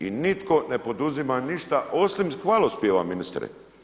I nitko ne poduzima ništa osmi hvalospjeva ministre.